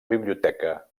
biblioteca